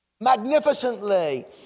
magnificently